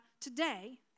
today